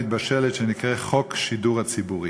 שנקרא חוק השידור הציבורי.